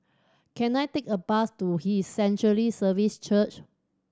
can I take a bus to His Sanctuary Services Church